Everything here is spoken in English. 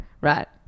right